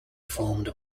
formed